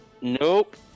Nope